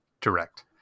Direct